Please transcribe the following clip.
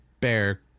bear